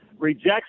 rejects